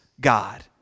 God